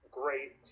great